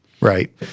right